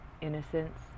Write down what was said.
innocence